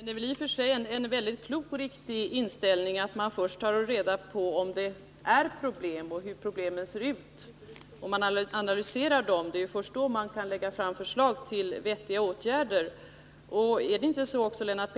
Herr talman! Det är i och för sig en klok och riktig inställning att man först tar reda på om det finns problem och hur de ser ut. Det är ju först sedan man analyserat dem som man kan lägga fram förslag till vettiga åtgärder. Är det inte så att Lennart